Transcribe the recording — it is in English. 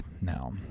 now